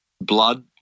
blood